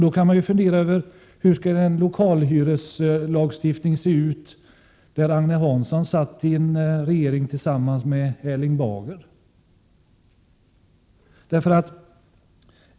Då kan man fundera hur lokalhyreslagstiftningen skulle se ut om Agne Hansson satt i en regering tillsammans med Erling Bager.